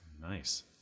nice